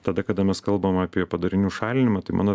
tada kada mes kalbam apie padarinių šalinimą tai mano